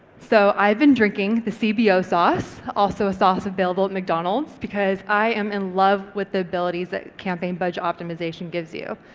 so i've been drinking the cbo sauce, also a sauce available at mcdonald's, because i am in love with the abilities that campaign budget optimisation gives you.